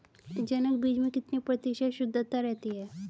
जनक बीज में कितने प्रतिशत शुद्धता रहती है?